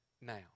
now